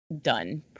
Done